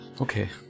Okay